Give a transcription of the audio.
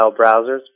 browsers